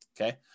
okay